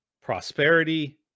prosperity